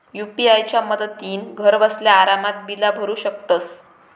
UPI च्या मदतीन घरबसल्या आरामात बिला भरू शकतंस